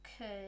Okay